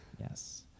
Yes